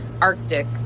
Arctic